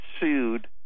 sued